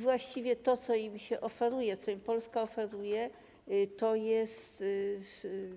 Właściwie to, co im się oferuje, co im Polska oferuje, to jest